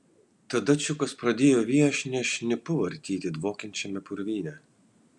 tada čiukas pradėjo viešnią šnipu vartyti dvokiančiame purvyne